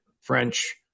French